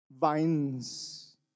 vines